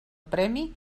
premi